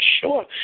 sure